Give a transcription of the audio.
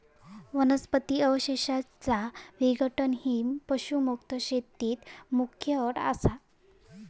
वनस्पतीं च्या अवशेषांचा विघटन ही पशुमुक्त शेतीत मुख्य अट असा